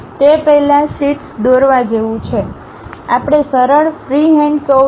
તે પહેલાં શીટ્સ દોરવા જેવું છે આપણે સરળ ફ્રીહેન્ડ કર્વ્સ દોરવાનો પ્રયત્ન કરવો જોઈએ